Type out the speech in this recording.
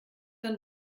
dann